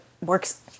works